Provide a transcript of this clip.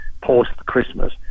post-Christmas